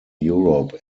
europe